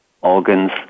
organs